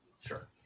Sure